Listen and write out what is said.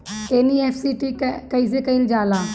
NEFT कइसे कइल जाला?